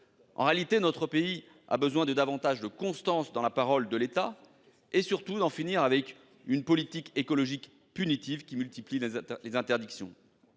En réalité, notre pays a besoin d'une plus grande constance dans la parole de l'État. Il a surtout besoin d'en finir avec une politique écologique punitive, qui multiplie les interdictions.